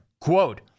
Quote